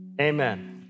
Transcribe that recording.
Amen